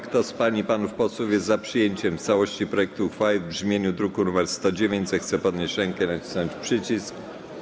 Kto z pań i panów posłów jest przyjęciem w całości projektu uchwały w brzmieniu z druku nr 109, zechce podnieść rękę i nacisnąć przycisk.